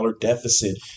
deficit